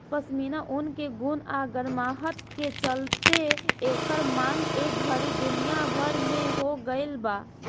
पश्मीना ऊन के गुण आ गरमाहट के चलते एकर मांग ए घड़ी दुनिया भर में हो गइल बा